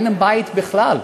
אין להם בית בכלל.